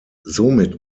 somit